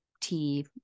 tea